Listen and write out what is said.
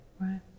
Right